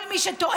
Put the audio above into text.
כל מי שטוען